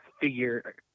figure